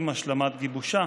עם השלמת גיבושה.